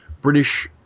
British